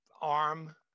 arm